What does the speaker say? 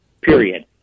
period